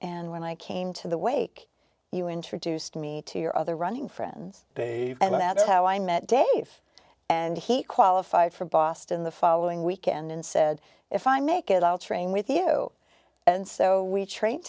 and when i came to the wake you introduced me to your other running friends a and that's how i met dave and he qualified for boston the following weekend and said if i make it i'll train with you and so we train